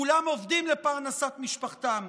כולם עובדים לפרנסת משפחתם,